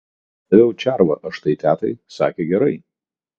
daviau červą aš tai tetai sakė gerai